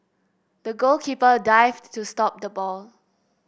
the goalkeeper dived to stop the ball